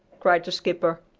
cried the skipper.